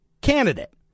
candidate